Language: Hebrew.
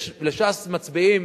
יש לש"ס מצביעים